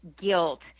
guilt